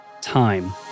Time